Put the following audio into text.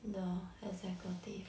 the executive ah